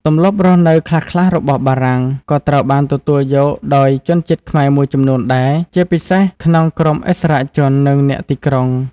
ទម្លាប់រស់នៅខ្លះៗរបស់បារាំង ក៏ត្រូវបានទទួលយកដោយជនជាតិខ្មែរមួយចំនួនដែរ ជាពិសេសក្នុងក្រុមឥស្សរជន និងអ្នកទីក្រុង។